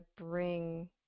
bring